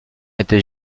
était